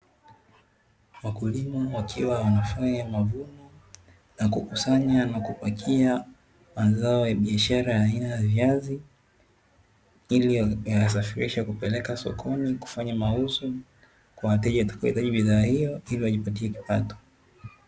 Wakulima wakiwa wanafanya mavuno na kukusanya na kupakia mazao ya biashara aina ya viazi, ili wayasafirishe kupeleka sokoni kufanya mauzo, kwa wateja watakaohitaji bidhaa hiyo ili wajipatia kipato.